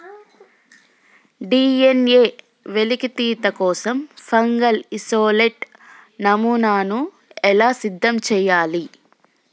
DNA వెలికితీత కోసం fungal isolate నమూనాను ఎలా సిద్ధం చెయ్యాలి?